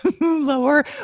lower